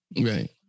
Right